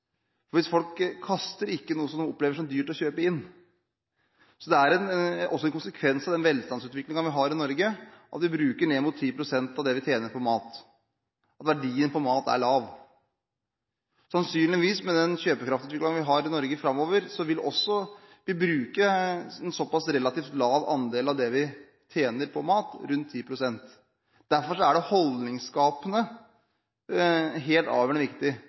folk kaster ikke noe som de opplever som dyrt å kjøpe inn. Så det er også en konsekvens av den velstandsutviklingen vi har i Norge at vi bruker ned mot 10 pst. av det vi tjener, på mat. Verdien på mat er lav. Med den kjøpekraftsutviklingen vi har i Norge framover, vil vi også bruke en såpass relativt liten andel av det vi tjener på mat – rundt 10 pst. Derfor er det holdningsskapende helt avgjørende viktig